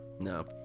No